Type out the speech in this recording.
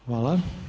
Hvala.